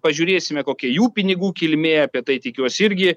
pažiūrėsime kokia jų pinigų kilmė apie tai tikiuos irgi